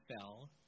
fell